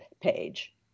page